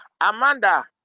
Amanda